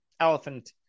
elephant